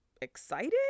excited